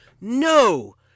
No